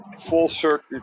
full-circuit